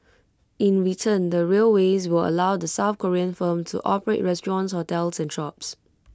in return the railways will allow the south Korean firm to operate restaurants hotels and shops